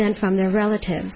than from their relatives